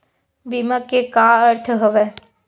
बीमा के का अर्थ हवय?